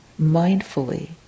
mindfully